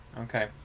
okay